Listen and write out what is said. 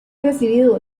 recibido